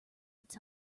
its